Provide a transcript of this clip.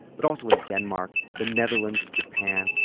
but also in denmark, the netherlands, japan,